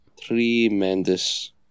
Tremendous